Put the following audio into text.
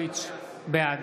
בעד